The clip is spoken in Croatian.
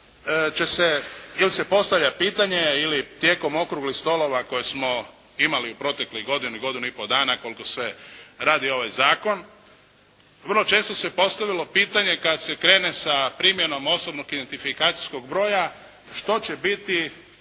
će se, ili se postavlja pitanje, ili tijekom okruglih stolova koje smo imali u proteklih godinu, godinu i pol dana koliko se radi ovaj zakon, vrlo često se postavilo pitanje, kad se krene sa primjenom osobnog identifikacijskog broja što će biti